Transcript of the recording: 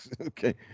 okay